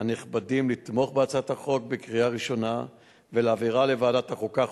הנכבדים לתמוך בהצעת החוק בקריאה ראשונה ולהעבירה לוועדת החוקה,